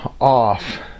off